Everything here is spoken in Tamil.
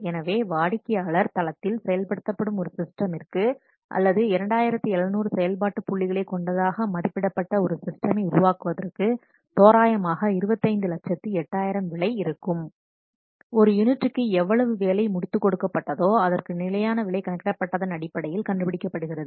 எனவே வாடிக்கையாளர் தளத்தில் செயல்படுத்தப்படும் ஒரு சிஸ்டமிற்கு அல்லது 2700 செயல்பாட்டு புள்ளிகளைக் கொண்டதாக மதிப்பிடப்பட்ட ஒரு சிஸ்டமை உருவாக்குவதற்கு தோராயமாக 2508000 விலை இருக்கும் ஒரு யூனிட்டுக்கு எவ்வளவு வேலை முடித்து கொடுக்கப்பட்டதோ அதற்கு நிலையான விலை கணக்கிடப்பட்டதன் அடிப்படையில் கண்டுபிடிக்கப்படுகிறது